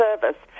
service